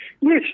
Yes